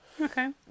Okay